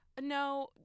No